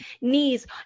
knees